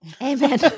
Amen